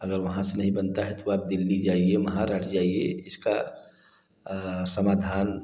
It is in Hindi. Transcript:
अगर वहाँ से नहीं बनता है तो आप दिल्ली जाइए महाराष्ट्र जाइए इसका समाधान